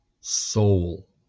soul